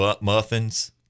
muffins